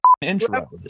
intro